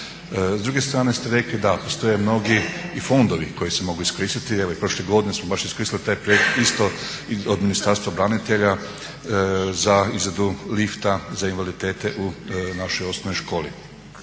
S druge strane ste rekli da postoje mnogi i fondovi koji se mogu iskoristiti. Evo i prošle godine smo baš iskoristili taj projekt isto od Ministarstva branitelja za izradu lifta za invaliditete u našoj osnovnoj školi.